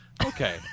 Okay